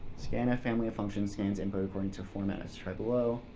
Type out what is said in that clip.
scanf family of functions scans in both according to format as tried below.